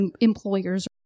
employers